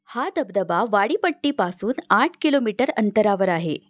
हा धबधबा वाडीपट्टीपासून आठ किलोमीटर अंतरावर आहे